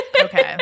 Okay